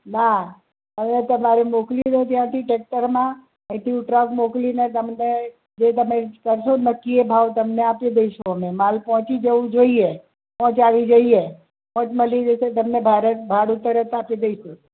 ના હવે તમારે મોકલી દો ત્યાંથી ટ્રેક્ટરમાં અહીંથી હું ટ્રક મોકલીને તમને જે તમે કરશો નક્કી એ ભાવ તમને આપી દઇશું અમે માલ પહોંચી જવું જોઈએ પહોંચ આવવી જોઈએ પહોંચ મળી જશે તમને ભાડ ભાડું તરત આપી દઇશું